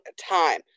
time